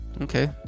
Okay